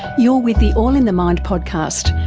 you're with the all in the mind podcast,